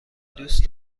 دوست